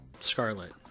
Scarlet